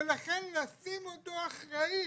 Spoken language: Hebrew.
ולכן לשים אותו אחראי,